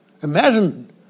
Imagine